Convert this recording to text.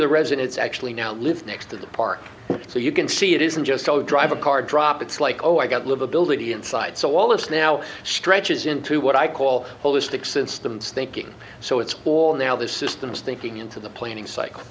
of the residents actually now live next to the park so you can see it isn't just drive a car drop it's like oh i got livability inside so all this now stretches into what i call holistic since the thinking so it's all now the systems thinking into the planning cycle